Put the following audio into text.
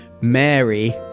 Mary